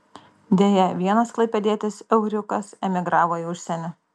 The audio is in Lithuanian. deja vienas klaipėdietis euriukas emigravo į užsienį